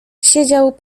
siedział